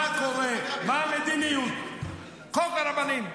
מה קורה, מה המדיניות, חוק הרבנים,